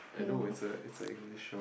I know it's a it's a English show